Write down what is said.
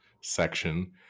section